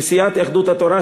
לסיעת יהדות התורה,